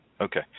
Okay